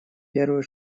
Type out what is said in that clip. первый